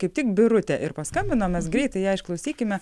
kaip tik birutė ir paskambino mes greitai ją išklausykime